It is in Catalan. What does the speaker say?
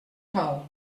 val